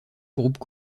groupes